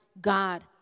God